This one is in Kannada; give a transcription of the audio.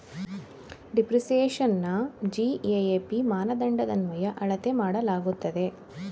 ಡಿಪ್ರಿಸಿಯೇಶನ್ನ ಜಿ.ಎ.ಎ.ಪಿ ಮಾನದಂಡದನ್ವಯ ಅಳತೆ ಮಾಡಲಾಗುತ್ತದೆ